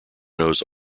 knows